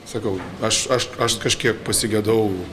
sakau aš aš aš kažkiek pasigedau